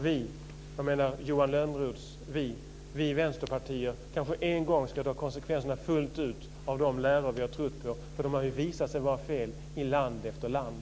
Vi i vänsterpartier ska kanske för en gångs skull ta konsekvenserna fullt ut av de läror vi har trott på, för de har visat sig vara fel i land efter land.